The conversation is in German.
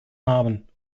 namen